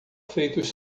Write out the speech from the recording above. feitos